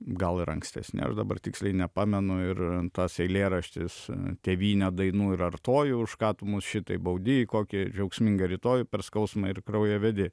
gal ir ankstesni aš dabar tiksliai nepamenu ir tas eilėraštis tėvyne dainų ir artojų už ką tu mus šitaip baudi į kokį džiaugsmingą rytojų per skausmą ir kraują vedi